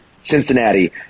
Cincinnati